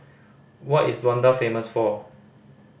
what is Luanda famous for